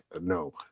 No